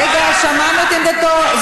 רגע, שמענו את עמדתו.